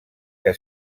que